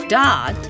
Dot